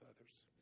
others